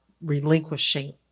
relinquishing